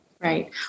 Right